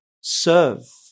serve